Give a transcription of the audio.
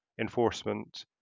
enforcement